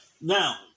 Now